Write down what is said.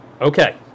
Okay